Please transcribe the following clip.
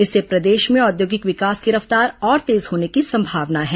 इससे प्रदेश में औद्योगिक विकास की रफ्तार और तेज होने की संभावना है